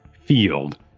field